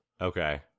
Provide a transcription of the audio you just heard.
Okay